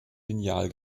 lineal